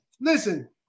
listen